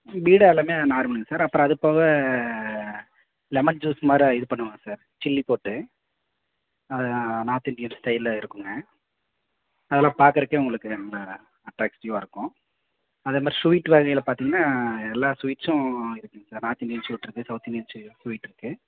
பீடா எல்லாமே நார்மலுங்க சார் அப்புறம் அதுபோக லெமன் ஜூஸ் மாரி இது பண்ணுவோம் சார் சில்லி போட்டு நார்த் இந்தியன் ஸ்டைலில் இருக்குதுங்க அதெலாம் பார்க்கறக்கே உங்களுக்கு ரொம்ப அட்ராக்ட்டிவா இருக்கும் அதே மாதிரி ஸ்வீட்டு வகைகளில் பார்த்தீங்கன்னா எல்லா ஸ்வீட்ஸும் இருக்குங்க சார் நார்த் இந்தியன் ஸ்வீட் இருக்கு சவுத் இந்தியன் ஸ்வீ ஸ்வீட் இருக்கு